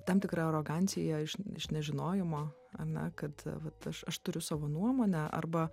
tam tikra arogancija iš iš nežinojimo ar ne kad vat aš aš turiu savo nuomonę arba